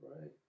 Right